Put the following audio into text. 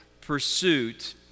pursuit